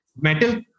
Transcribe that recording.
metal